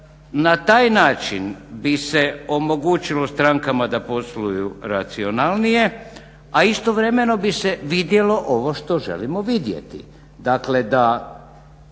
Na taj način bi se omogućilo strankama da posluju racionalnije, a istovremeno bi se vidjelo ovo što želimo vidjeti, gdje se